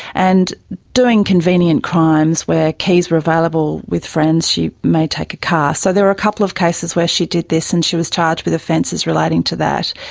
and doing convenient crimes, where keys where available with friends she may take a car. so there were a couple of cases where she did this and she was charged with offences relating to that.